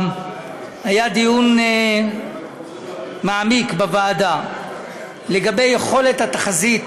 היה דיון מעמיק בוועדה לגבי יכולת התחזית